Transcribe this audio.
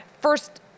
First